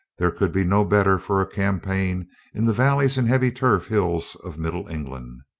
there could be no better for a campaign in the valleys and heavy turf hills of middle england.